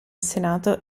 senato